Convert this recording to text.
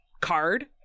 card